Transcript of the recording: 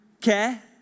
care